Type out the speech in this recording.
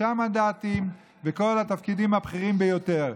שישה מנדטים, כל התפקידים הבכירים ביותר.